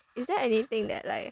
is there anything that like